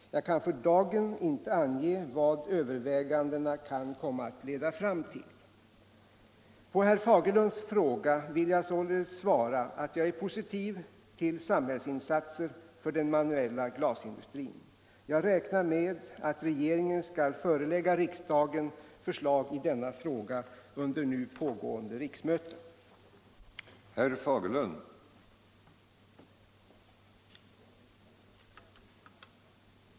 Jag kan för dagen inte ange vad övervägandena kan leda fram till. På herr Fagerlunds fråga vill jag således svara att jag är positiv till samhällsinsatser för den manuella glasindustrin. Jag räknar med att regeringen skall förelägga riksdagen förslag i denna fråga under nu pågående riksmöte.